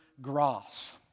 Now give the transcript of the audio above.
Gross